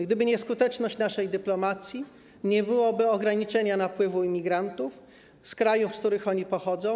Gdyby nie skuteczność naszej dyplomacji, nie byłoby ograniczenia napływu imigrantów z krajów, z których oni pochodzą.